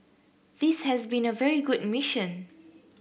this has been a very good mission